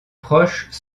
proches